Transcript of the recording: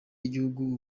y’igihugu